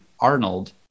Arnold